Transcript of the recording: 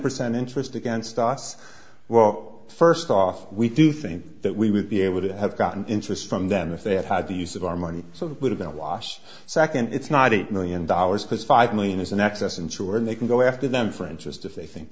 percent interest against us well first off we do think that we would be able to have gotten interest from them if they had had the use of our money so it would have been a wash second it's not eight million dollars because five million is an excess and sure they can go after them for interest if they think